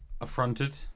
affronted